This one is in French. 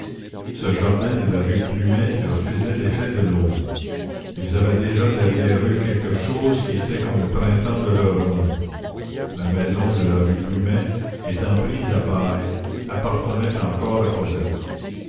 ce jardin de la rue plumet leur faisait l'effet de l'aube ils avaient déjà derrière eux quelque chose qui était comme le printemps de leur amour la maison de la rue plumet étant prise à bail appartenait encore à cosette